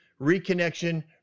reconnection